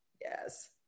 Yes